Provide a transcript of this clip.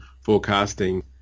forecasting